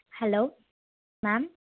hello ma'am